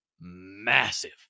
massive